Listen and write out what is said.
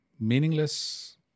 meaningless